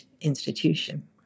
institution